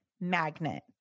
magnet